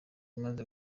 maze